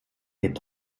lebt